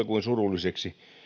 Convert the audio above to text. kuin surulliseksi